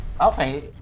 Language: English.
Okay